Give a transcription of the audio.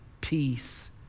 peace